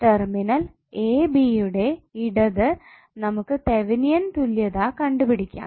terminal a b യുടെ ഇടതു നമുക്ക് തെവെനിൻ തുല്യതാ കണ്ടു പിടിക്കാം